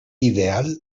ideal